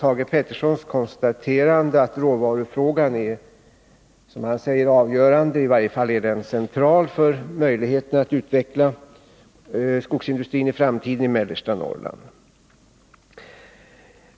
Thage Peterson konstaterade att råvarufrågan är avgörande eller i varje fall central för möjligheterna att i framtiden utveckla skogsindustrin i mellersta Norrland.